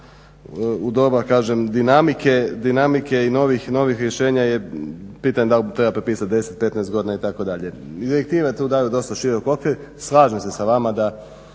u doba kažem dinamike i novih rješenja je pitanje da li treba propisati 10, 15 godina itd. Direktive tu daju dosta širok okvir. Slažem se sa vama da